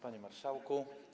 Panie Marszałku!